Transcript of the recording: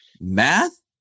math